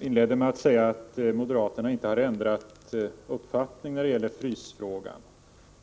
Herr talman! Ivar Virgin inledde med att säga att moderaterna inte har ändrat uppfattning när det gäller frysfrågan.